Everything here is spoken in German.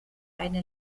eine